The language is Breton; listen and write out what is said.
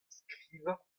skrivañ